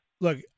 look